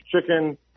chicken